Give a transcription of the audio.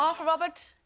ah for robert,